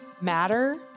Matter